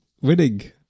Winning